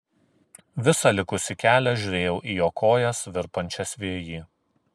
visą likusį kelią žiūrėjau į jo kojas virpančias vėjy